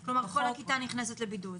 כל הכיתה נכנסת לבידוד?